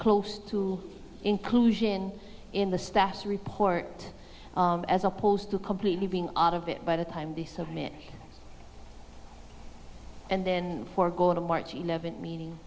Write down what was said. close to inclusion in the status report as opposed to completely being out of it by the time they submit and then for going on m